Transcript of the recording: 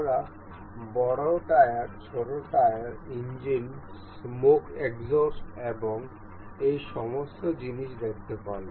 আমরা বড় টায়ার ছোট টায়ার ইঞ্জিন স্মোক এক্সহাউস্ট এবং সেই সমস্ত জিনিস দেখতে পারি